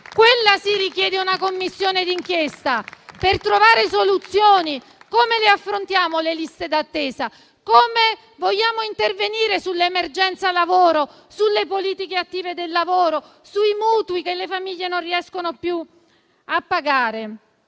quella sì richiede una Commissione d'inchiesta per trovare soluzioni. Come affrontiamo il tema delle liste d'attesa? Come vogliamo intervenire sull'emergenza lavoro, sulle politiche attive del lavoro, sui mutui che le famiglie non riescono più a pagare?